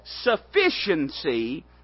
sufficiency